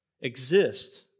exist